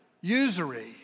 usury